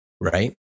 Right